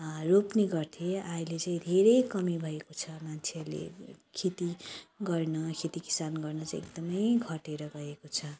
रोप्ने गर्थे अहिले चाहिँ धेरै कमी भएको छ मान्छेहरूले खेती गर्न खेती किसान गर्न चाहिँ एकदमै घटेर गएको छ